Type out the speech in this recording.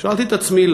שאלתי את עצמי: